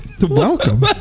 Welcome